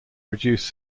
reduce